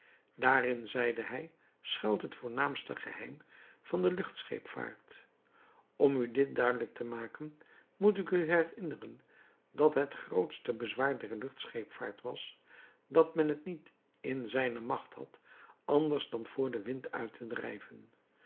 daarin zeide hij schuilt het voornaamste geheim van de luchtscheepvaart om u dit duidelijk te maken moet ik u herinneren dat het grootste bezwaar der luchtscheepvaart was dat men het niet in zijne macht had anders dan voor den wind uit te drijven